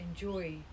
enjoy